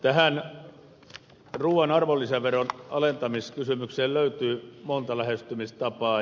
tähän ruuan arvonlisäveron alentamiskysymykseen löytyy monta lähestymistapaa